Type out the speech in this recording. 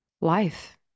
life